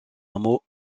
hameau